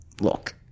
look